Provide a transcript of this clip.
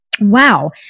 wow